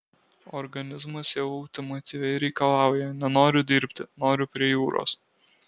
organizmas jau ultimatyviai reikalauja nenoriu dirbti noriu prie jūros